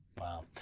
Wow